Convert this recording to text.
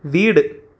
വീട്